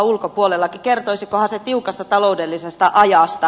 kertoisikohan se tiukasta taloudellisesta ajasta